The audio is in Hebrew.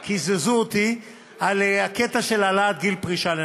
קיזזו אותי וישבתי עכשיו על הקטע של העלאת גיל פרישה לנשים,